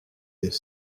des